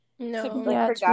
No